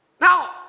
Now